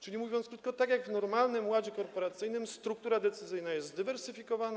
Czyli, mówiąc krótko, tak jak w normalnym ładzie korporacyjnym struktura decyzyjna jest zdywersyfikowana.